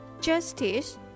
justice